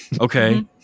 Okay